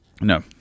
No